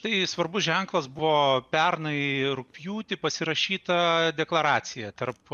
tai svarbus ženklas buvo pernai rugpjūtį pasirašyta deklaracija tarp